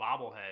bobblehead